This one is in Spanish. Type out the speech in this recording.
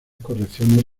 correcciones